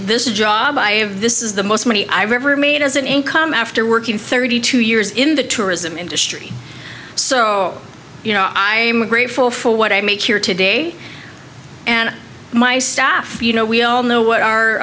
this job i have this is the most money i've ever made as an income after working thirty two years in the tourism industry so you know i am grateful for what i make here today and my staff you know we all know what